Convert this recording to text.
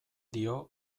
dio